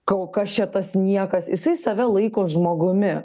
ko kas čia tas niekas jisai save laiko žmogumi